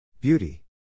Beauty